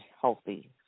healthy